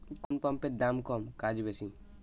কোন পাম্পের দাম কম কাজ বেশি?